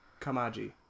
Kamaji